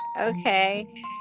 okay